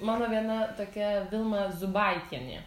ir mano viena tokia vilma zubaitienė